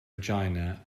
regina